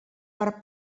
per